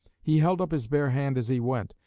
he held up his bare hand as he went,